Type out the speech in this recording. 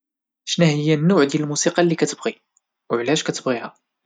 شناهيا النوع ديال الموسيقى اللي كتبغي وعلاش كتبغيها؟